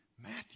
Matthew